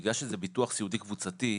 בגלל שזה ביטוח סיעודי קבוצתי,